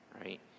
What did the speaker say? right